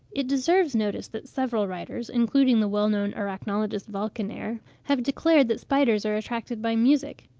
it deserves notice that several writers, including the well-known arachnologist walckenaer, have declared that spiders are attracted by music.